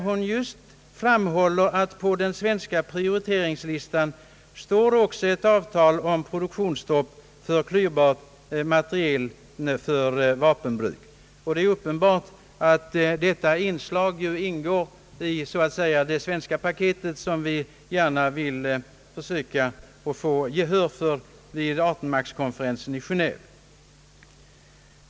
Hon framhöll att det på den svenska prioriteringslistan också står ett avtal om produktionsstopp för klyvbart material för vapenbruk. Detta inslag ingår i så att säga det svenska paket som vi gärna vill söka vinna gehör för vid Artonmaktskonferensen i Genéve.